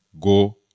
go